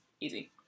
easy